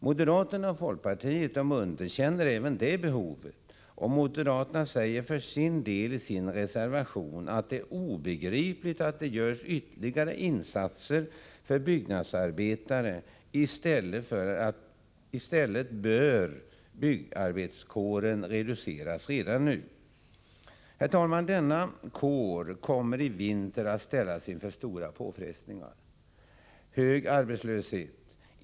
Moderaterna och folkpartiet underkänner även det behovet, och moderaterna säger i sin reservation på denna punkt att det är obegripligt att det görs ytterligare insatser för byggnadsarbetare; i stället bör byggnadsarbetarkåren reduceras redan nu. Denna kår kommer i vinter att ställas inför stora påfrestningar med hög arbetslöshet.